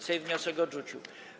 Sejm wniosek odrzucił.